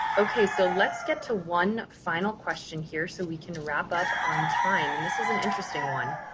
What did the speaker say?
okay, so let's get to one final question here so we can wrap up on time and this is an interesting one.